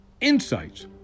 insights